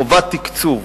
לחובת תקצוב